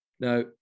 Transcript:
Now